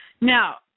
Now